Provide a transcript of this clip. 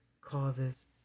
Causes